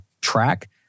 track